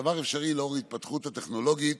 הדבר אפשרי לאור ההתפתחות הטכנולוגית